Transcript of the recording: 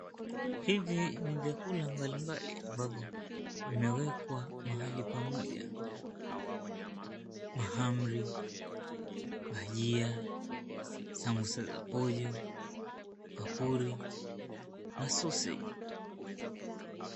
Hivi ni vyakula mbalimbali ambavyo vimewekwa mahali pamoja. Mahamri, bajia, samosa za pojo, papuri na sausage .